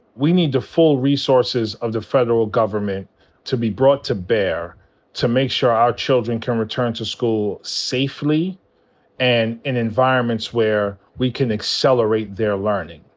we need the full resources of the federal government to be brought to bear to make sure our children can return to school safely and in environments where we can accelerate their learning.